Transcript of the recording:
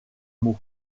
mot